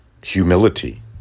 Humility